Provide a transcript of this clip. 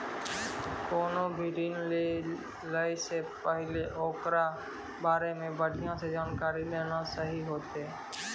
कोनो भी ऋण लै से पहिले ओकरा बारे मे बढ़िया से जानकारी लेना सही होतै